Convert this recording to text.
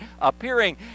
appearing